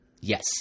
yes